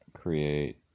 create